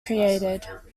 created